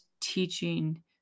teaching